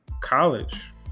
college